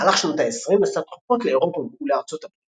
במהלך שנות העשרים נסע תכופות לאירופה ולארצות הברית